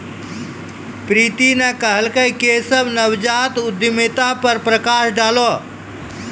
प्रीति न कहलकै केशव नवजात उद्यमिता पर प्रकाश डालौ